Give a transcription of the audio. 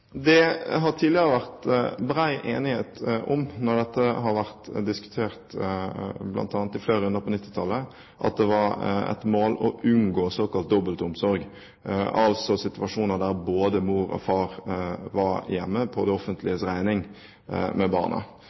Det har tidligere vært bred enighet om, bl.a. da dette ble diskutert i flere runder på 1990-tallet, at det var et mål å unngå såkalt dobbeltomsorg, altså situasjoner der både mor og far var hjemme på det offentliges regning med barna.